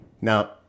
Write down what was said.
Now